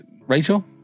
rachel